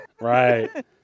Right